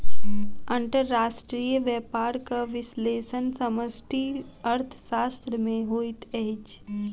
अंतर्राष्ट्रीय व्यापारक विश्लेषण समष्टि अर्थशास्त्र में होइत अछि